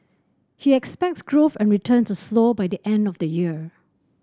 he expects growth and returns to slow by the end of the year